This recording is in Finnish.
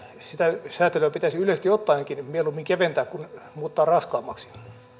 sitä säätelyä pitäisi yleisesti ottaenkin mieluummin keventää kuin muuttaa raskaammaksi